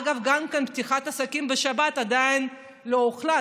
אגב, גם פתיחת עסקים בשבת, עדיין לא הוחלט.